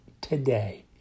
today